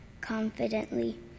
confidently